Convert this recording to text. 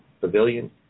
pavilion